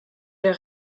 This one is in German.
der